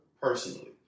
personally